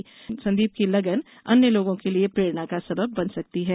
श्री संदीप की लगन अन्य लोगों के लिए प्रेरणा का सबब बन सकती है